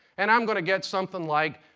and i'm going to get something like